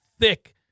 thick